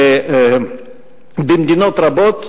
שבמדינות רבות,